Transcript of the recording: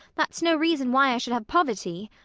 that's no reason why i should have poverty.